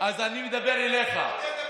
אז אני מדבר אליך.